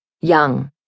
Young